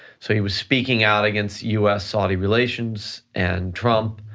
so he was speaking out against us, saudi relations and trump.